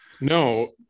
No